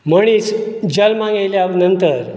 मनीस जल्माक येयल्या नंतर